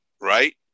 right